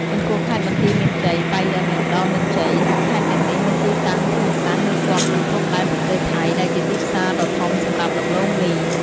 ចំពោះខេត្តបន្ទាយមានជ័យ ប៉ៃលិន និងឧត្តរមានជ័យ ខេត្តទាំងនេះមានទីតាំងភូមិសាស្ត្រនៅជាប់នឹងព្រំដែនប្រទេសថៃ ដែលជាទីផ្សារដ៏ធំសម្រាប់ដំឡូងមី។